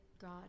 God